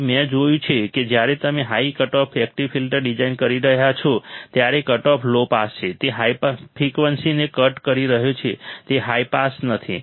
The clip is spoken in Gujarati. તેથી મેં જોયું છે કે જ્યારે તમે high cutoff active filters design કરી રહ્યા છો ત્યારે કટઓફ લો પાસ છે તે હાઈ ફ્રિકવન્સીને કટ કરી રહ્યો છે તે હાઈ પાસ નથી